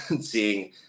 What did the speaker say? seeing